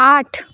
आठ